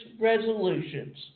resolutions